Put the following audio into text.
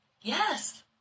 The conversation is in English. Yes